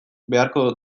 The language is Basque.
beharko